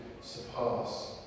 surpass